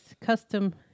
custom